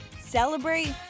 celebrate